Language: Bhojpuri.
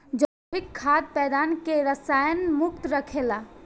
जैविक खाद पौधन के रसायन मुक्त रखेला